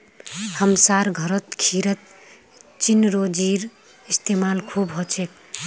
हमसार घरत खीरत चिरौंजीर इस्तेमाल खूब हछेक